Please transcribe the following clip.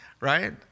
right